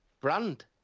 brand